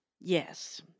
Yes